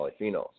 polyphenols